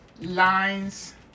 lines